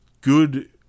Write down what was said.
good